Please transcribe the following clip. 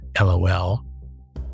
LOL